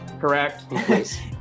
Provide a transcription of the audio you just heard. correct